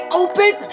open